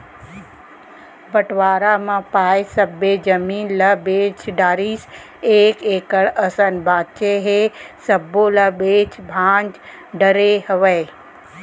बंटवारा म पाए सब्बे जमीन ल बेच डारिस एक एकड़ असन बांचे हे सब्बो ल बेंच भांज डरे हवय